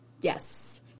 Yes